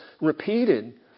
repeated